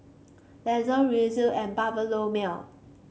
Lester Reece and Bartholomew